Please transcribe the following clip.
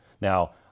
now